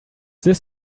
this